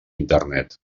internet